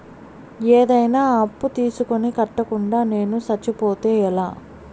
ఏదైనా అప్పు తీసుకొని కట్టకుండా నేను సచ్చిపోతే ఎలా